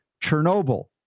Chernobyl